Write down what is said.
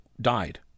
died